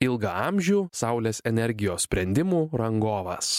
ilgaamžių saulės energijos sprendimų rangovas